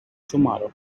tomorrow